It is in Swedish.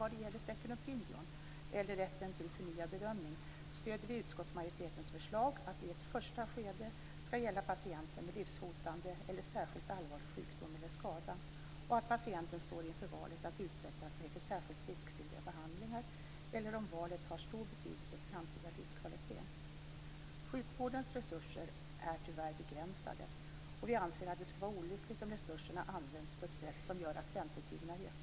Vad gäller second opinion eller rätten till förnyad bedömning stöder vi utskottsmajoritetens förslag att den i ett första skede skall gälla om patienten har livshotande eller särskilt allvarlig sjukdom eller skada, om patienten står inför valet att utsätta sig för särskilt riskfyllda behandlingar eller om valet har stor betydelse för framtida livskvalitet. Sjukvårdens resurser är tyvärr begränsade, och vi anser att det skulle vara olyckligt om resurserna användes på ett sätt som gör att väntetiderna ökar.